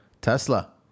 Tesla